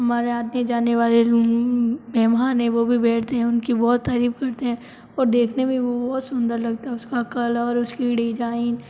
हमारे आने जाने वाले रूम मेहमान हैं वह भी बैठते हैं उनकी बहुत तारीफ़ करते हैं और देखने में वह बहुत सुंदर लगता है उसका कलर उसकी डिजाइन